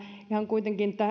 kuitenkin